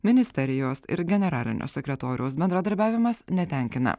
ministerijos ir generalinio sekretoriaus bendradarbiavimas netenkina